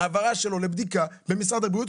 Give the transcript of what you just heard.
העברה שלו לבדיקה במשרד הבריאות,